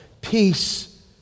Peace